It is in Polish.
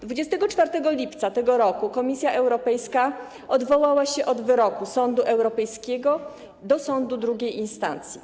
24 lipca tego roku Komisja Europejska odwołała się od wyroku Sądu Europejskiego do sądu drugiej instancji.